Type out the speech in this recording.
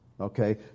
Okay